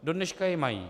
Dodneška je mají.